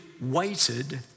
waited